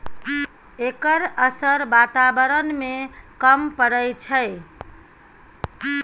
एकर असर बाताबरण में कम परय छै